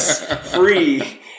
free